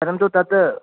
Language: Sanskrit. परन्तु तत्